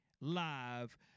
Live